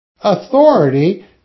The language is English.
Authority